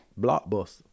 Blockbuster